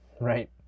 Right